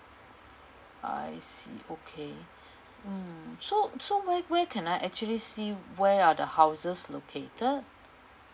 I see okay mm so so where where can I actually see where are the houses located